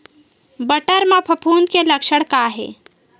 बटर म फफूंद के लक्षण का हे?